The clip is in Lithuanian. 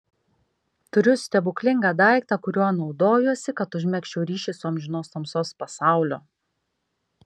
turiu stebuklingą daiktą kuriuo naudojuosi kad užmegzčiau ryšį su amžinos tamsos pasauliu